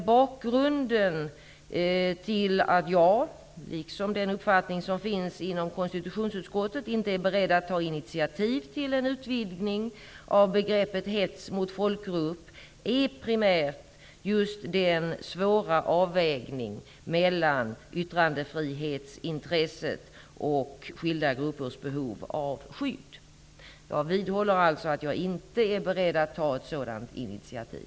Bakgrunden till att jag, liksom när det gäller den uppfattning som finns i konstitutionsutskottet, inte är beredd att ta intitiativ till en utvidgning av begreppet hets mot folkgrupp är primärt just den svåra avvägningen mellan yttrandefrihetsintresset och skilda gruppers behov av skydd. Jag vidhåller alltså att jag inte är beredd att ta ett sådant initiativ.